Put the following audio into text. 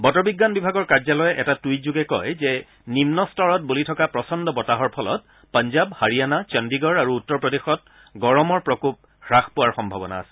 বতৰ বিজ্ঞান বিভাগৰ কাৰ্যালয়ে এটা টুইটযোগে কয় যে নিম্ন স্তৰত বলি থকা প্ৰচণ্ড বতাহৰ ফলত পাঞ্জাব হাৰিয়ানা চণ্ডিগড় আৰু উত্তৰ প্ৰদেশত গৰমৰ প্ৰকোপ হ্ৰাস পোৱা সম্ভাৱনা আছে